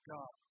God